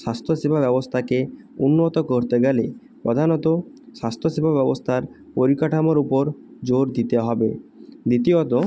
স্বাস্থ্য সেবা ব্যবস্থাকে উন্নত করতে গেলে প্রধানত স্বাস্থ্য সেবা ব্যবস্থার পরিকাঠামোর উপর জোর দিতে হবে দ্বিতীয়ত